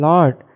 Lord